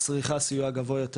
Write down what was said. צריכה סיוע גבוה יותר,